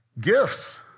gifts